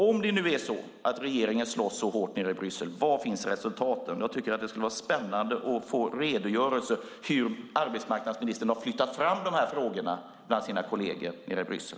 Om regeringen nu slåss så hårt i Bryssel, var finns då resultaten? Jag tycker att det vore spännande att få en redogörelse av hur arbetsmarknadsministern har flyttat fram dessa frågor bland sina kolleger i Bryssel.